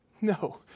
no